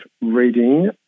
reading